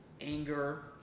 Anger